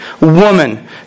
woman